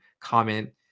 comment